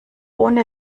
ohne